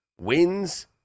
Wins